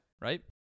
right